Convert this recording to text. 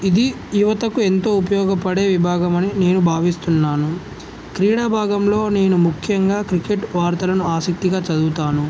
ఇది యువతకు ఎంతో ఉపయోగపడే విభాగమని నేను భావిస్తున్నాను క్రీడా భాగంలో నేను ముఖ్యంగా క్రికెట్ వార్తలను ఆసక్తిగా చదువుతాను